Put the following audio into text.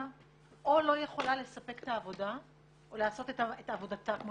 או לא יכולה לספק את העבודה או לעשות את עבודתה כמו